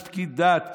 יש פקיד דת,